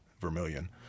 Vermilion